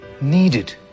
needed